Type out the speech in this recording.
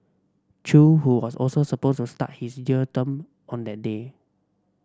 Chew who was also supposed to start his jail term on that day